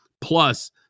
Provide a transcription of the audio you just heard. plus